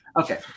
Okay